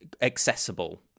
accessible